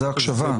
זה הקשבה.